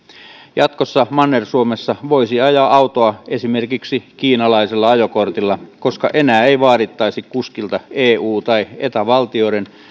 jatkossa manner suomessa voisi ajaa autoa esimerkiksi kiinalaisella ajokortilla koska enää ei vaadittaisi kuskilta eu tai eta valtioiden